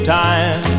time